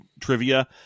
trivia